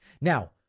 Now